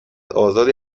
آزادی